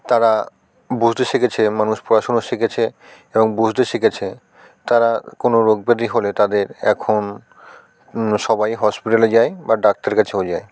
তারা বুঝতে শিখেছে মানুষ পড়াশোনা শিখেছে এবং বুঝতে শিখেছে তারা কোনো রোগ ব্যাধি হলে তাদের এখন সবাই হসপিটালে যায় বা ডাক্তার কাছেও যায়